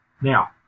Now